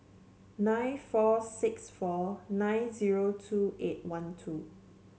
nine four six four nine zero two eight one two